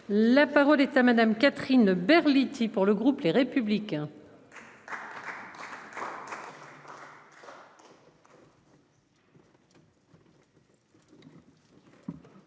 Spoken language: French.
La parole est à Madame, Catherine Berluti pour le groupe Les Républicains.